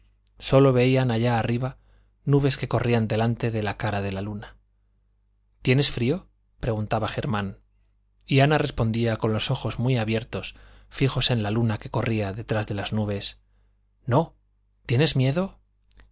sólo veían allá arriba nubes que corrían delante de la cara de la luna tienes frío preguntaba germán y ana respondía con los ojos muy abiertos fijos en la luna que corría detrás de las nubes no tienes miedo